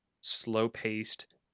slow-paced